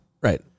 Right